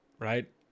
Right